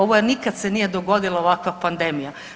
Ovo nikad se nije dogodila ovakva pandemija.